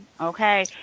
okay